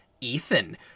Ethan